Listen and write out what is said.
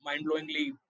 mind-blowingly